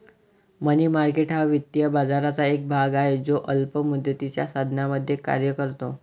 मनी market हा वित्तीय बाजाराचा एक भाग आहे जो अल्प मुदतीच्या साधनांमध्ये कार्य करतो